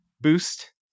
boost